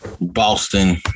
Boston